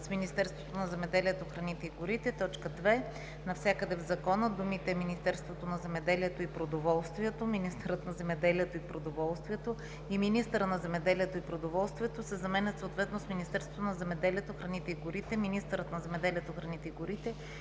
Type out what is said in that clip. „Министерството на земеделието, храните и горите“. 2. Навсякъде в закона думите „Министерството на земеделието и продоволствието“, „министърът на земеделието и продоволствието“ и „министъра на земеделието и продоволствието“ се заменят съответно с „Министерството на земеделието, храните и горите“, „министърът на земеделието, храните и горите“